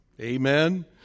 Amen